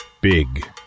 Big